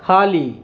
खाली